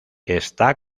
está